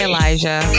Elijah